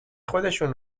خودشون